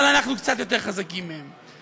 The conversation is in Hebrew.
אבל אנחנו קצת יותר חזקים מהם,